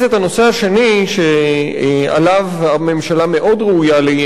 הנושא השני שעליו הממשלה מאוד ראויה לאי-אמון